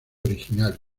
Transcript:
original